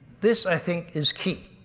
this, i think, is key.